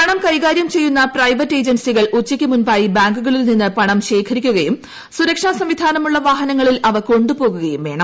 പണം കൈകാരൃം ചെയ്യുന്ന പ്രൈവറ്റ് ഏജൻസികൾ ഉച്ചയ്ക്കുമുൻപായി ബാങ്കുകളിൽ നിന്ന് പണം ശേഖരിക്കുകയും സുരക്ഷാ സംവിധാനമുള്ള വാഹനങ്ങളിൽ അവ കൊണ്ടുപോകുകയും വേണം